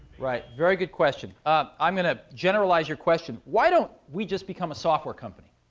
very good question. um i'm going to generalize your question. why don't we just become a software company,